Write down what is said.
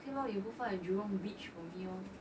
okay lor you go in jurong beach for me lor